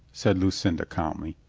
said lucinda calmly.